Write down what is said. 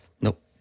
Nope